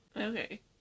Okay